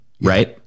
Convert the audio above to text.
right